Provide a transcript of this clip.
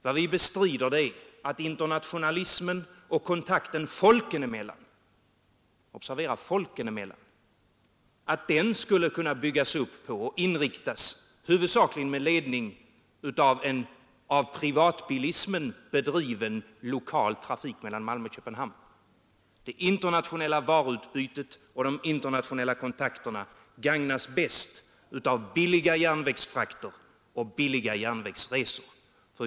Vad vi bestrider är att internationalismen och kontakten folken emellan skulle kunna byggas upp och inriktas huvudsakligen med ledning av en av privatbilismen bedriven lokal trafik mellan Malmö och Köpenhamn. Det internationella varuutbytet och de internationella kontakterna gagnas bäst av billiga järnvägsfrakter och billiga järnvägsresor.